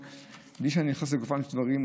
בלי שאני נכנס לגופם של דברים,